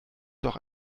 doch